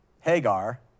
Hagar